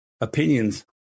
opinions